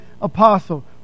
apostle